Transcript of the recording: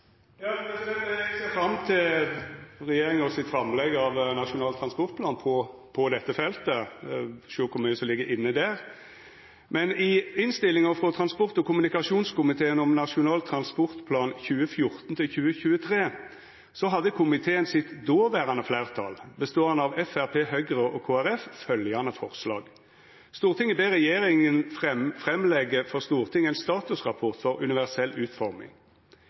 fram til regjeringas framlegg av Nasjonal transportplan på dette feltet. Me får sjå kor mykje som ligg inne der. Men i innstillinga frå transport- og kommunikasjonskomiteen om Nasjonal transportplan 2014–2023 hadde det dåverande fleirtalet i komiteen, samansett av Framstegspartiet, Høgre og Kristeleg Folkeparti, dette forslaget: «Stortinget ber regjeringen fremlegge for Stortinget en statusrapport for universell utforming